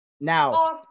Now